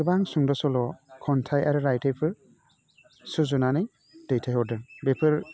गोबां सुंद' सल' खन्थाइ आरो रायथाइफोर सुजुनानै दैथायहरदों बेफोर